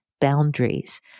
boundaries